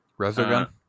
Resogun